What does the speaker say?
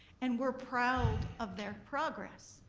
and we're proud of their progress.